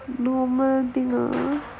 normal normal lah